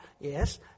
Yes